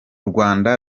rwanda